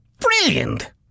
brilliant